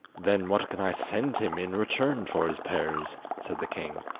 then what can i send him in return for his pears said the king.